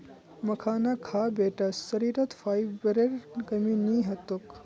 मखाना खा बेटा शरीरत फाइबरेर कमी नी ह तोक